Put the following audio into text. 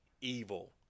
evil